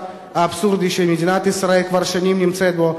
אבסורדי שמדינת ישראל כבר שנים נמצאת בו.